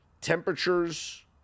Temperatures